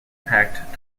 packed